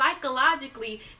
psychologically